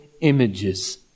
images